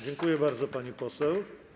Dziękuję bardzo, pani poseł.